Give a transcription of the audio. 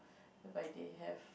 by they have